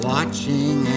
Watching